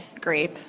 grape